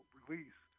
release